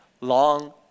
long